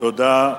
תודה.